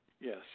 Yes